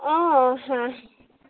অঁ হা